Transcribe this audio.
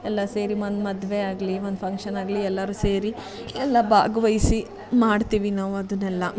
ಎಲ್ಲ ಸೇರಿ ಒಂದು ಮದುವೆ ಆಗಲೀ ಒಂದು ಫಂಕ್ಷನ್ನಾಗಲೀ ಎಲ್ಲರೂ ಸೇರಿ ಎಲ್ಲ ಭಾಗ್ವಹಿಸಿ ಮಾಡ್ತೀವಿ ನಾವು ಅದನ್ನೆಲ್ಲ